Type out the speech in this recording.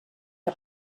que